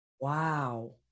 Wow